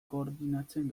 koordinatzen